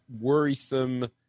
worrisome